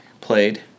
played